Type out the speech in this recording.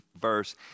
verse